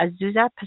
Azusa